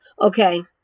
Okay